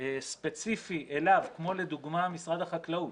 ספציפי אליו, כמו לדוגמא משרד החקלאות,